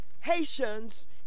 haitians